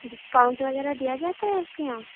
discount وغیرہ دیا جاتا ہے آپ کے یہاں